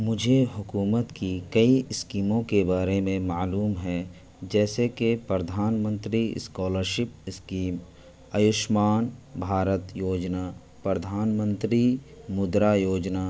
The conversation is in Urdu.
مجھے حکومت کی کئی اسکیموں کے بارے میں معلوم ہے جیسے کہ پردھان منتری اسکالرشپ اسکیم آیوشمان بھارت یوجنا پردھان منتری مدرا یوجنا